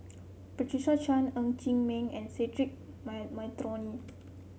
Patricia Chan Ng Chee Meng and Cedric Monteiro